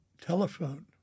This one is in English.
telephone